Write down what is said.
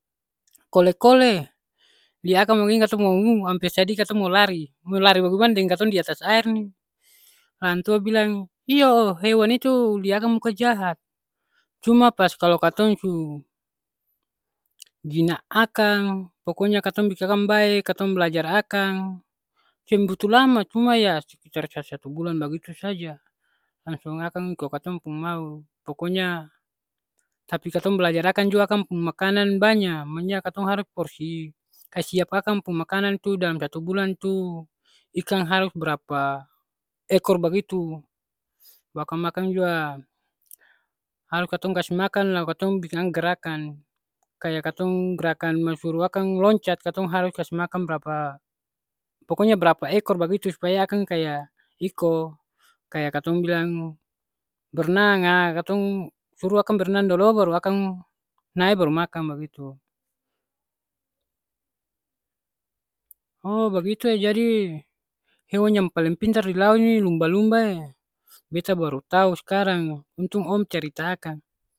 Kole-kole, lia akang bagini katong mo amper sadiki katong mo lari. Mo lari bagemana deng katong di atas aer ni. La antua bilang, iyo hewan itu lia akang muka jahat, cuma pas kalo katong su bina akang, pokonya katong biking akang bae, katong blajar akang, seng butuh lama, cuma ya sekitar sasatu bulan bagitu saja. Langsung akang iko katong pung mau. Pokonya tapi katong blajar jua akang pung makanan banya. Maunya katong harus porsi kas siap akang pung makanan tu dalam satu bulan tu ikan harus brapa ekor bagitu, bar akang makang jua harus katong kasi makan lalu katong biking akang gerakan. Kaya katong gerakan mo suruh akang loncat, katong harus kas makang brapa pokonya brapa ekor bagitu supaya akang kaya iko, kaya katong bilang bernang, ha katong suruh akang bernang dolo baru akang nae, baru makang bagitu. O bagitu e jadi hewan yang paleng pintar di lau ini lumba-lumba e, beta baru tau skarang. Untung om carita akang.